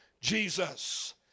Jesus